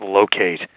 locate